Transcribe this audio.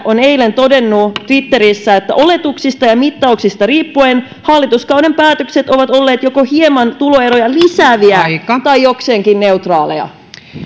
on eilen todennut twitterissä että oletuksista ja mittauksista riippuen hallituskauden päätökset ovat olleet joko hieman tuloeroja lisääviä tai jokseenkin neutraaleja